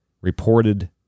reported